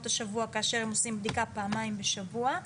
השבוע כאשר הם עושים בדיקה פעמיים בשבוע,